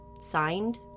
Signed